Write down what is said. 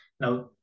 now